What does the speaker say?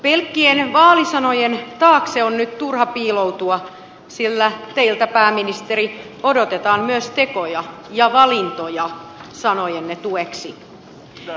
pelkkien vaalisanojen taakse on nyt turha piiloutua sillä teiltä pääministeri odotetaan myös tekoja ja valintoja sanojenne tueksi